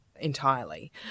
entirely